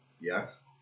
Yes